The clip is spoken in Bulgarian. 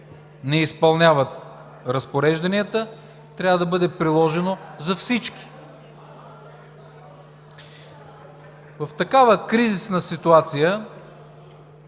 не изпълняват разпорежданията, трябва да бъде приложено за всички. В такава кризисна ситуация